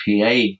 PA